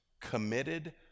committed